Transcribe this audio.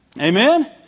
Amen